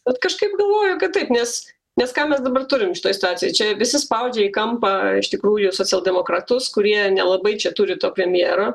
bet kažkaip galvoju kad taip nes nes ką mes dabar turim šitoj situacijoj čia visi spaudžia į kampą iš tikrųjų socialdemokratus kurie nelabai čia turi to premjero